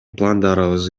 пландарыбыз